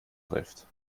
trifft